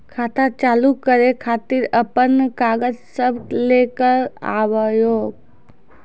खाता चालू करै खातिर आपन कागज सब लै कऽ आबयोक?